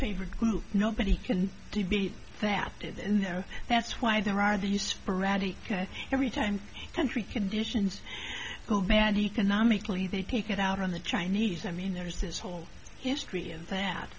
favorite who nobody can be there in there that's why there are these sporadic that every time country conditions go badly economically they take it out on the chinese i mean there's this whole history of that